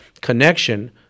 connection